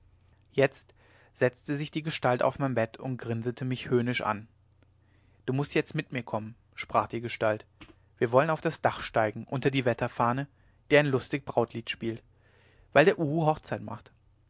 jetzt setzte sich die gestalt auf mein bett und grinsete mich höhnisch an du mußt jetzt mit mir kommen sprach die gestalt wir wollen auf das dach steigen unter die wetterfahne die ein lustig brautlied spielt weil der uhu hochzeit macht